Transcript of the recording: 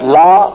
law